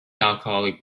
alcoholic